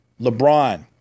LeBron